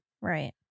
Right